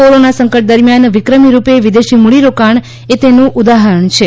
corona સંકટ દરમિયાન વિક્રમ રૂપ વિદેશી મૂડીરોકાણ એ તેનું ઉદાહરણ છે